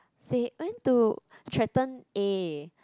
she went to threaten A